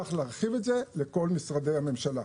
צריך להרחיב את זה לכל משרדי הממשלה.